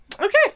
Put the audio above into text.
Okay